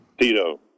Tito